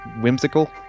whimsical